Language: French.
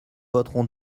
voterons